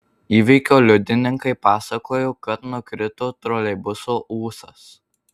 įvykio liudininkai pasakojo kad nukrito troleibuso ūsas